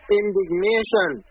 indignation